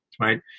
right